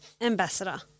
ambassador